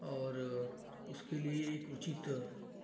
और उसके लिए एक उचित